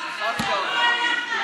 שיחקת אותה.